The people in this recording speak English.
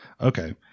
okay